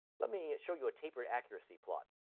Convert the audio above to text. let me show you a tapered accuracy plot.